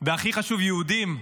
והכי חשוב, יהודים,